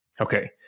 Okay